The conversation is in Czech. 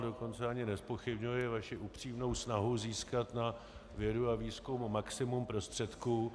Dokonce ani nezpochybňuji vaši upřímnou snahu získat na vědu a výzkum maximum prostředků.